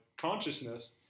consciousness